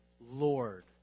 Lord